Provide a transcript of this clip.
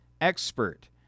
expert